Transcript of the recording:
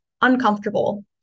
uncomfortable